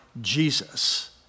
Jesus